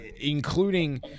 Including